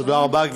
תודה רבה.